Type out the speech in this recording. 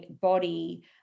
body